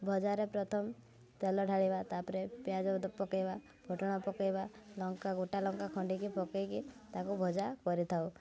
ଭଜାରେ ପ୍ରଥମ ତେଲ ଢାଳିବା ତା'ପରେ ପିଆଜ ଅଦା ପକେଇବା ଫୁଟଣ ପକେଇବା ଲଙ୍କା ଗୋଟା ଲଙ୍କା ଖଣ୍ଡିକି ପକେଇକି ତାକୁ ଭଜା କରିଥାଉ